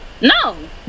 No